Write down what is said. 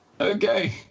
Okay